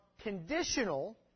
conditional